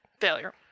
Failure